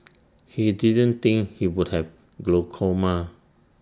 he didn't think he would have glaucoma